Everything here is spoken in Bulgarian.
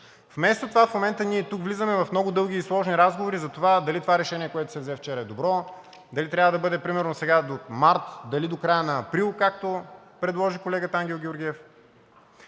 Вместо това, ние тук влизаме в много дълги и сложни разговори за това дали това решение, което се взе вчера, е добро, дали трябва да бъде примерно сега до месец март, дали до края на месец април, както предложи колегата Ангел Георгиев.